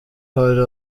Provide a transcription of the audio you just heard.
hari